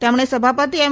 તેમણે સભાપતિ એમ